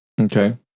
Okay